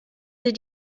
sie